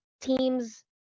teams